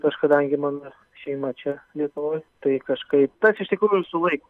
aš kadangi man šeima čia lietuvoj tai kažkaip tas iš tikrųjų sulaiko